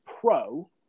Pro